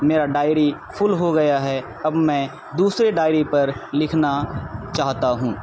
میرا diary full ہو گیا ہے اب میں دوسرے ڈائری پر لکھنا چاہتا ہوں